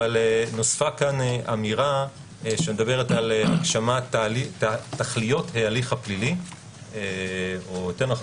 אבל נוספה כאן אמירה שמדברת על הגשמת תכליות ההליך הפלילי או יותר נכון,